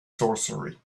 sorcery